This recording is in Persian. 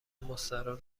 مستراح